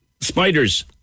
Spiders